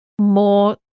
more